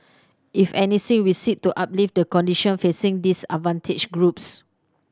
if anything we seek to uplift the condition facing disadvantaged groups